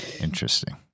interesting